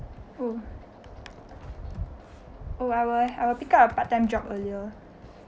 oh oh I will I will pick up a part time job earlier